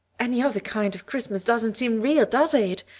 any other kind of christmas doesn't seem real, does it?